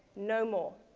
no more.